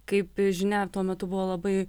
kaip žinia tuo metu buvo labai